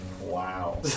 Wow